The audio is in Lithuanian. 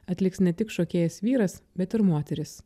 atliks ne tik šokėjas vyras bet ir moteris